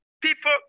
People